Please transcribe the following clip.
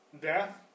death